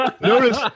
Notice